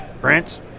Prince